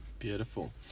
Beautiful